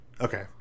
Okay